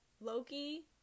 Loki